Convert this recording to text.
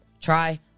Try